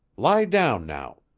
lie down now.